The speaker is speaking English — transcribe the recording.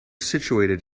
situated